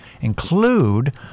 include